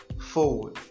forward